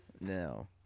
No